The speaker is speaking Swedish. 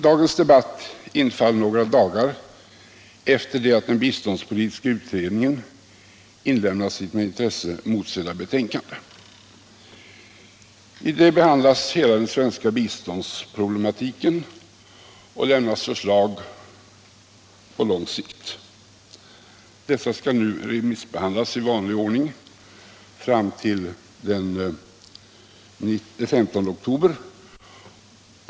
Dagens debatt infaller några dagar efter det att den biståndspolitiska utredningen avlämnat sitt med intresse motsedda betänkande. Däri behandlas hela den svenska biståndsproblematiken och lämnas förslag på lång sikt. Dessa skall nu remissbehandlas i vanlig ordning fram till den 15 oktober.